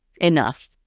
Enough